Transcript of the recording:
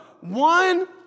One